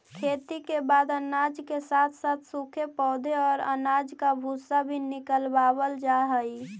खेती के बाद अनाज के साथ साथ सूखे पौधे और अनाज का भूसा भी निकावल जा हई